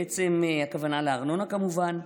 בעצם הכוונה לארנונה, כמובן.